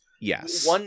Yes